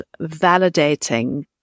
validating